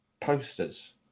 posters